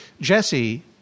Jesse